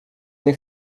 nie